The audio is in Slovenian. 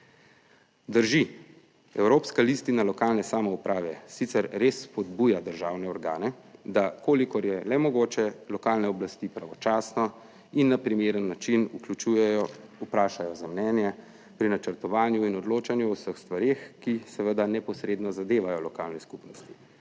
Drži, Evropska listina lokalne samouprave sicer res spodbuja državne organe, da kolikor je le mogoče lokalne oblasti pravočasno in na primeren način vključujejo, vprašajo za mnenje pri načrtovanju in odločanju o vseh stvareh, ki seveda neposredno zadevajo lokalne skupnosti,